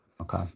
Okay